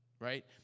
right